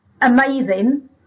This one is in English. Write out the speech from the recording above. amazing